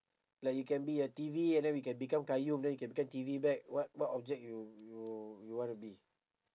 like you can be a T_V and then you can become qayyum then you can become T_V back what what object you you you wanna be